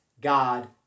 God